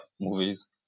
movies